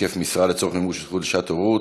(היקף המשרה לצורך מימוש הזכות לשעת הורות),